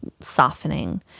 softening